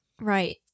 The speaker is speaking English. Right